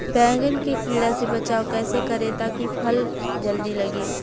बैंगन के कीड़ा से बचाव कैसे करे ता की फल जल्दी लगे?